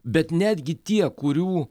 bet netgi tie kurių